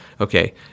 Okay